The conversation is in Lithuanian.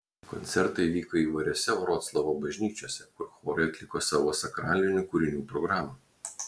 koncertai vyko įvairiose vroclavo bažnyčiose kur chorai atliko savo sakralinių kūrinių programą